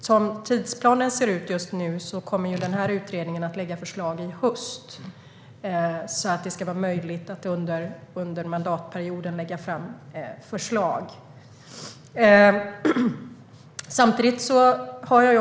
Som tidsplanen ser ut just nu kommer utredningen att lägga fram förslag i höst, för att det ska vara möjligt för regeringen att lägga fram förslag under mandatperioden.